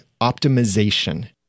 optimization